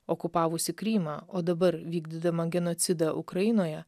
okupavusi krymą o dabar vykdydama genocidą ukrainoje